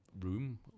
room